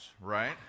right